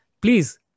please